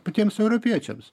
patiems europiečiams